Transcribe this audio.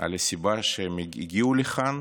על הסיבה שבגללה הם הגיעו לכאן